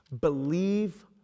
believe